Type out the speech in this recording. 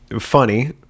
funny